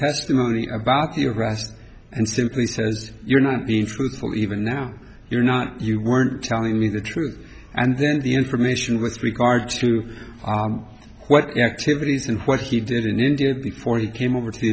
testimony about erast and simply says you're not being truthful even now you're not you weren't telling me the truth and then the information with regard to what activities and what he did in india before he came over to the